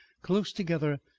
close together,